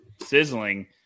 sizzling